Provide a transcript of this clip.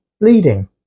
bleeding